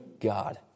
God